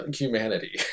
humanity